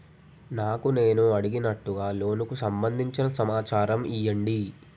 నాకు నేను అడిగినట్టుగా లోనుకు సంబందించిన సమాచారం ఇయ్యండి?